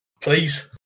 Please